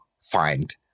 find